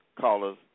callers